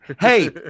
Hey